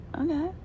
okay